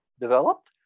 developed